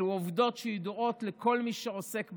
אלו עובדות שידועות לכל מי שעוסק בתחום.